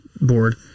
board